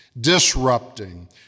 disrupting